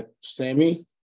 Sammy